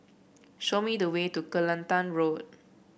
show me the way to Kelantan Road